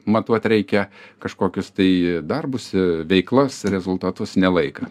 matuot reikia kažkokius tai darbus veiklas rezultatus ne laiką